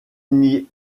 n’y